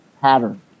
pattern